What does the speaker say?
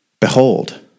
behold